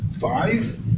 five